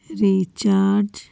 recharge